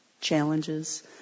challenges